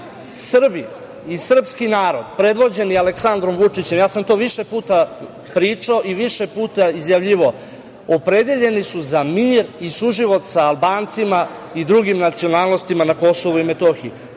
Srbi i srpski narod predvođeni Aleksandrom Vučićem, to sam više puta pričao i više puta izjavljivao, opredeljeni su za mir i suživot sa Albancima i drugim nacionalnostima na KiM.